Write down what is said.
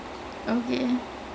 அதுதான்:athuthaan whole படமே:padamae